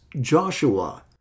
Joshua